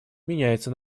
меняется